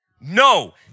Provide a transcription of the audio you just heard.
No